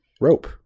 Rope